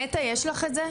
נטע, יש לך את זה?